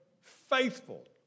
faithful